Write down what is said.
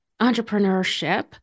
entrepreneurship